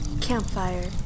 Campfire